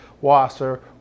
wasser